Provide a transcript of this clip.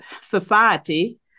society